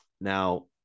Now